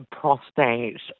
prostate